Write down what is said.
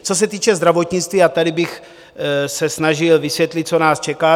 Co se týče zdravotnictví, tady bych se snažil vysvětlit, co nás čeká.